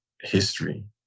history